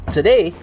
Today